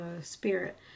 spirit